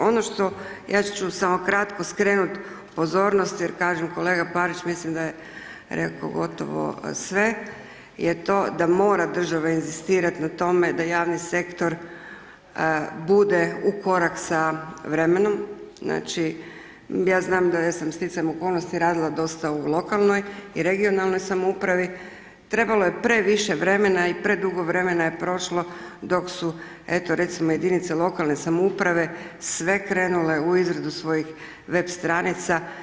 Ono što, ja ću samo kratko skrenuti pozornost, jer kažem kolega Parić, mislim da je rekao gotovo sve, je to da mora država inzistirati na tome, da javni sektor bude u korak sa vremenom, znači, ja znam da sam sticajem okolnosti radila dosta u lokalnoj i regionalnoj samoupravi, tre balo je previše vremena i predugo vremena je prošlo, dok su eto jedinice lokalne samouprave, sve krenule u izradu svojih web stranica.